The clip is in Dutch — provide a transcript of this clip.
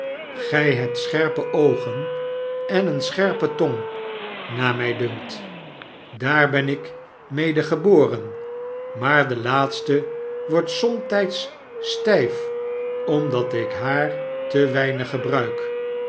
gij hebt scherpe oogen en eene scherpe tong naar mij dunkt daar ben ik mede geboren maar de laatste wordt somtijds stijf omdat ik haar te weinig gebruik